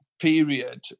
period